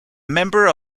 member